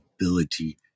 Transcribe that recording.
ability